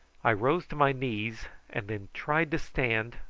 i rose to my knees and then tried to stand,